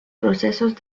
procesos